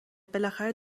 بالاخره